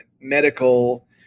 medical